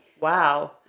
Wow